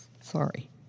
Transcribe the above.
sorry